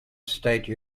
state